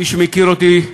מי שמכיר אותי,